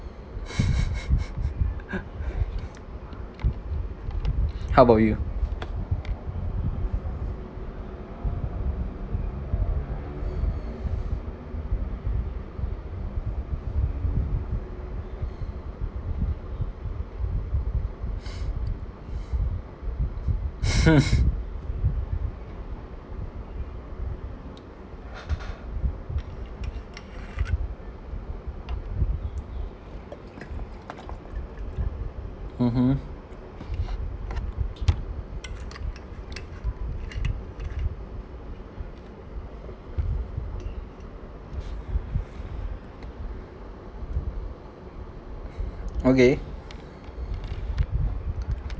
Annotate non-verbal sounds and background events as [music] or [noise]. [laughs] [noise] how about you [noise] [laughs] mmhmm [noise] okay [noise]